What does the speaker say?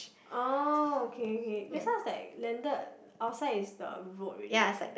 oh okay okay this one is like landed outside is the road already what